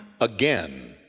again